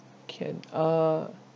can uh